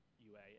UA